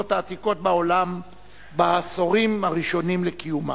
העתיקות בעולם בעשורים הראשונים לקיומה.